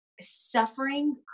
suffering